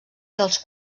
dels